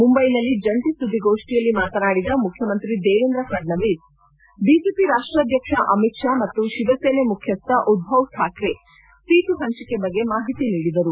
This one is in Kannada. ಮುಂಬೈನಲ್ಲಿ ಜಂಟ ಸುದ್ದಿಗೋಷ್ಟಿಯಲ್ಲಿ ಮಾತನಾಡಿದ ಮುಖ್ಯಮಂತ್ರಿ ದೇವೇಂದ್ರ ಫಡ್ನವೀಸ್ ಬಿಜೆಪಿ ರಾಷ್ಟಾಧ್ಯಕ್ಷ ಅಮಿತ್ ಶಾ ಮತ್ತು ಶಿವಸೇನೆ ಮುಖ್ಚಸ್ಟ ಉದ್ದವ್ ಠಾಕ್ರೆ ಸೀಟು ಹಂಚಿಕೆ ಬಗ್ಗೆ ಮಾಹಿತಿ ನೀಡಿದರು